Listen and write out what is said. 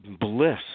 bliss